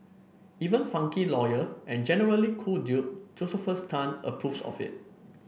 even funky lawyer and generally cool dude Josephus Tan approves of it